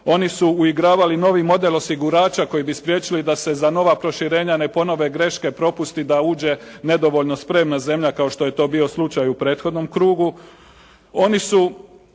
Oni su uigravali novi model osigurača koji bi spriječili da se za nova proširenja ne ponove greške, propusti da uđe nedovoljno spremna zemlja kao što je to bio slučaj u prethodnom krugu. Oni su